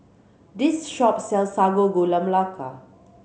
this shop sells Sago Gula Melaka